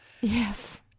yes